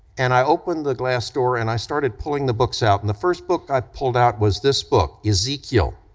and i opened the glass door and i started pulling the books out, and the first book i pulled out was this book, ezekiel,